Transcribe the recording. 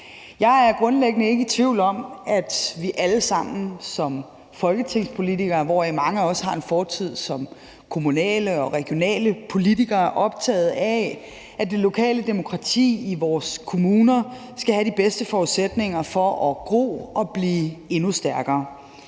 ikke i tvivl om, at vi alle sammen som folketingspolitikere, hvoraf mange også har en fortid som kommunale og regionale politikere, er optaget af, at det lokale demokrati i vores kommuner skal have de bedste forudsætninger for at gro og blive endnu stærkere.